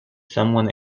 someone